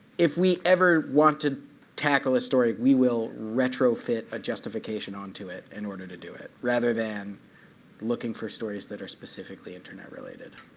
if we ever want to tackle a story, we will retrofit a justification onto it in order to do it. rather than looking for stories that are specifically internet related.